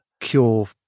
cure